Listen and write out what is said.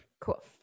Cool